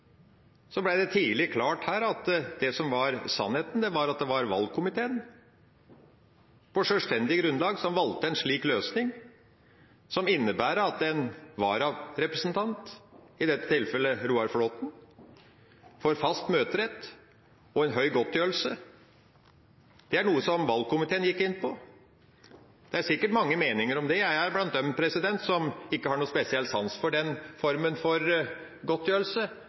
det her tidlig klart at det som var sannheten, var at det var valgkomiteen som på sjølstendig grunnlag valgte en slik løsning, som innebærer at en varerepresentant – i dette tilfelle Roar Flåthen – får fast møterett og en høy godtgjørelse. Det er noe som valgkomiteen gikk inn på. Det er sikkert mange meninger om det. Jeg er blant dem som ikke har noen spesiell sans for den formen for godtgjørelse,